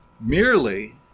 merely